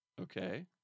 Okay